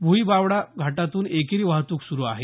भूईबावडा घाटातून एकेरी वाहतूक सुरू आहे